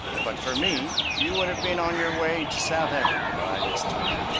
but for me you would have been on your way to south africa by this time,